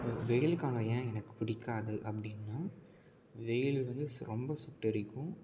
வெயில் காலம் ஏன் எனக்கு புடிக்காது அப்படின்னா வெயில் வந்து ரொம்ப சுட்டெரிக்கும்